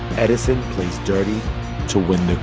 edison plays dirty to win